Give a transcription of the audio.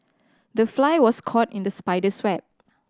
the fly was caught in the spider's web